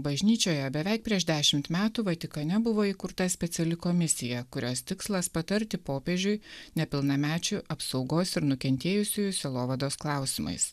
bažnyčioje beveik prieš dešimt metų vatikane buvo įkurta speciali komisija kurios tikslas patarti popiežiui nepilnamečių apsaugos ir nukentėjusiųjų sielovados klausimais